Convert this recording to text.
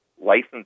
License